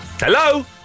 Hello